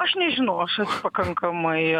aš nežinau aš esu pakankamai